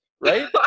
right